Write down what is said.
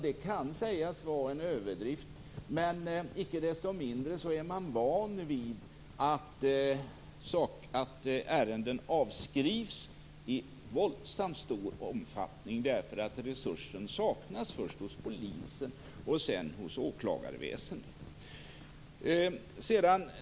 Det kan sägas vara en överdrift, men icke desto mindre är man van vid att ärenden avskrivs i våldsamt stor omfattning därför att resurser saknas först hos polisen och sedan hos åklagarväsendet.